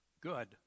good